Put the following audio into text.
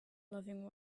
loving